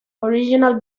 original